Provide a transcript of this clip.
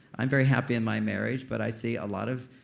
i'm very happy in my marriage, but i see a lot of.